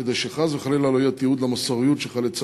כדי שחס וחלילה לא יהיה תיעוד למוסריות של חיילי צה"ל.